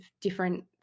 different